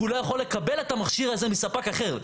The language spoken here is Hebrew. כי הוא לא יכול לקבל את המכשיר הזה מספק אחר.